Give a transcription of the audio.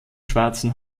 schwarzen